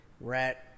rat